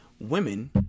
Women